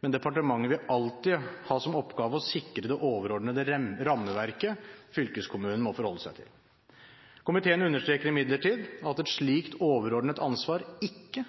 men departementet vil alltid ha som oppgave å sikre det overordnede rammeverket som fylkeskommunen må forholde seg til. Komiteen understreker imidlertid at et slikt overordnet ansvar ikke